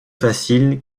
facile